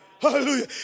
Hallelujah